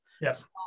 yes